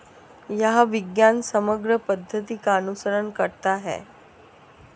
यह विज्ञान समग्र पद्धति का अनुसरण करता है